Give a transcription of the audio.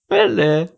what the